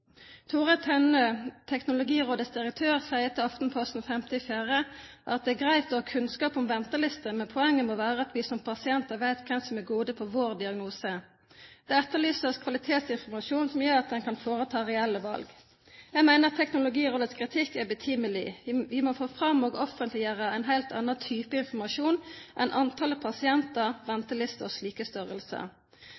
Tore Tennøe, Teknologirådets direktør, sier til Aftenposten 5. april 2011 at det er greit å ha kunnskap om ventelister, men poenget må være at vi som pasienter vet hvem som er gode på vår diagnose. Det etterlyses kvalitetsinformasjon som gjør at en kan foreta reelle valg. Jeg mener at Teknologirådets kritikk er betimelig. Vi må få fram og offentliggjøre en helt annen type informasjon enn antallet pasienter,